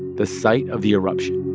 the site of the eruption